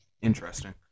Interesting